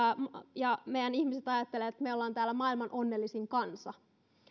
meidän ihmiset ajattelevat että me olemme täällä maailman onnellisin kansa